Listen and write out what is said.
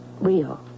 real